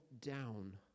down